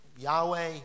Yahweh